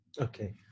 Okay